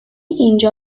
اینجا